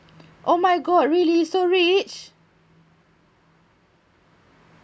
oh my god really so rich